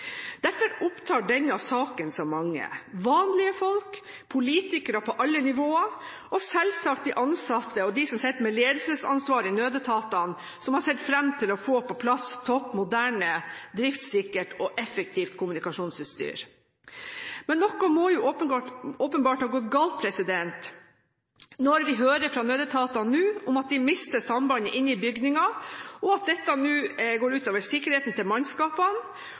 Derfor opptar denne saken så mange – vanlige folk, politikere på alle nivåer og selvsagt de ansatte og dem som sitter med ledelsesansvaret i nødetatene – som har sett fram til å få på plass topp moderne, driftssikkert og effektivt kommunikasjonsutstyr. Men noe må åpenbart ha gått galt når vi hører fra nødetatene at de mister sambandet inne i bygninger, og at dette går ut over sikkerheten til mannskapene